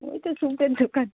ওই তো চুমকোর দোকান